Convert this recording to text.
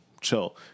chill